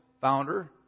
founder